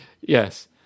yes